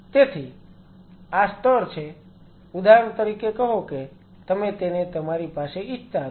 તેથી આ સ્તર છે ઉદાહરણ તરીકે કહો કે તમે તેને તમારી પાસે ઇચ્છતા હતા